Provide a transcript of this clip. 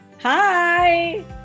Hi